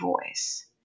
voice